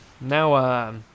now